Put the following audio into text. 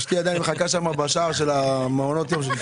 אנחנו יוצאים להפסקה ונחזור בשעה 14:54 כדי